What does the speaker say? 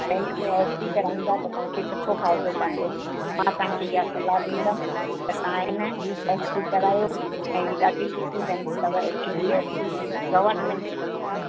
bank में F D कराईंदा त तव्हांखे सुठो फ़ाइदो पवंदो मां तव्हांखे हीअ सलाह ॾींदमि त तव्हां आहे न एफ़ डी करायो ऐं ॾाढी सुठी बैंक अथव H D F C government bank आहे